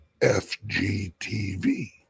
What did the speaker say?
FGTV